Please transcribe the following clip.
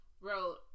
wrote